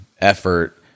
effort